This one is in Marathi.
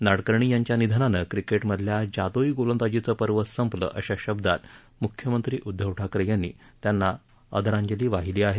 नाडकर्णी यांच्या निधनानं क्रिकेटमधल्या जादुई गोलंदाजीचं पर्व संपलं अशा शब्दात मुख्यमंत्री उद्धव ठाकरे यांनी त्यांना श्रद्वांजली वाहिली आहे